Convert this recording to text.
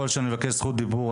התשפ"ב-2022,